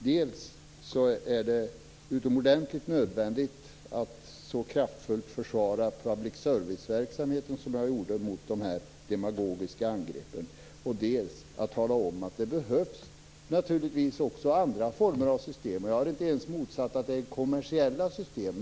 Dels är det utomordentligt nödvändigt att kraftfullt försvara public service-verksamheten mot de demagogiska angreppen, dels att tala om att det behövs andra former av system. Jag har inte ens motsatt mig kommersiella system.